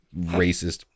racist